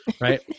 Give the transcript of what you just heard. right